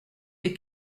est